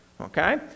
okay